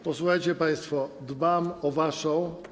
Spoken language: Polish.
Posłuchajcie państwo, dbam o waszą.